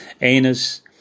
anus